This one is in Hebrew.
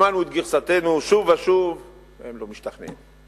השמענו את גרסתנו שוב ושוב, והם לא משתכנעים.